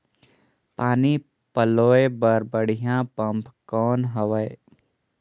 पानी पलोय बर बढ़िया पम्प कौन हवय?